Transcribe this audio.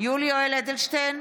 יולי יואל אדלשטיין,